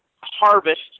harvest